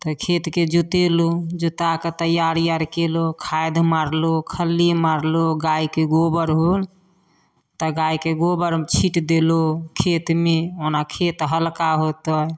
तऽ खेतके जोतेलहुँ जोताकऽ तैआरी आओर कएलहुँ खाद मारलहुँ खल्ली मारलहुँ गाइके गोबर भेल तऽ गाइके गोबर छीटि देलहुँ खेतमे ओना खेत हल्का हेतै